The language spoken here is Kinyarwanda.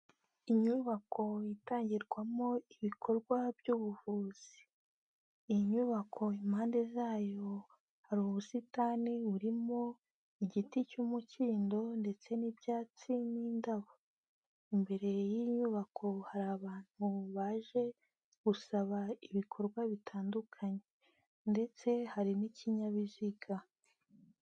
Inyubako itangirwamo ibikorwa by'ubuvuzi, inyubako impande zayo hari ubusitani burimo igiti cy'umukindo, ndetse n'ibyatsi, n'indabo. Imbere y'iyi nyubako hari abantu baje gusaba ibikorwa bitandukanye, ndetse hari n'ikinyabiziga.